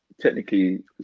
technically